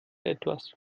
etwas